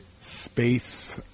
space